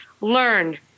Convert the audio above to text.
learn